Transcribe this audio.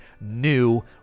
new